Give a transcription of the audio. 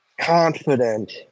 confident